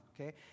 okay